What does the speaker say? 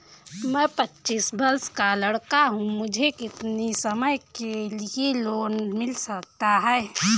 मैं पच्चीस वर्ष का लड़का हूँ मुझे कितनी समय के लिए लोन मिल सकता है?